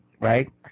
right